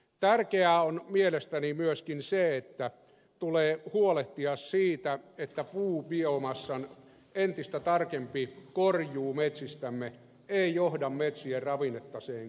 tärkeää on mielestäni myöskin se että tulee huolehtia siitä että puubiomassan entistä tarkempi korjuu metsistämme ei johda metsien ravinnetaseen köyhtymiseen